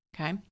okay